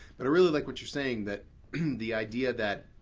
but i really like what you're saying that the idea that,